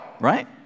right